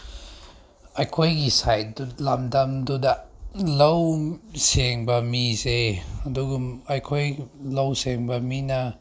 ꯑꯩꯈꯣꯏꯒꯤ ꯁꯥꯏꯠ ꯂꯝꯗꯝꯗꯨꯗ ꯂꯧ ꯁꯦꯡꯕ ꯃꯤꯁꯦ ꯑꯗꯨꯒꯨꯝ ꯑꯩꯈꯣꯏ ꯂꯧ ꯁꯦꯡꯕ ꯃꯤꯅ